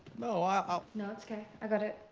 no, i'll, i'll. no it's okay, i've got it.